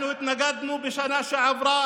אנחנו התנגדנו בשנה שעברה